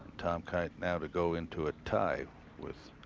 tom kite. now to go into a tie with